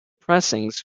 pressings